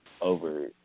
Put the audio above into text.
over